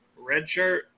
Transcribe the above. redshirt